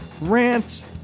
rants